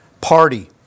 party